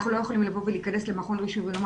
אנחנו לא יכולים לבוא ולהיכנס למכון רישוי ולומר,